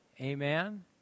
Amen